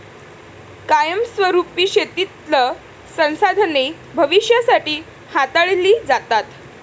कायमस्वरुपी शेतीतील संसाधने भविष्यासाठी हाताळली जातात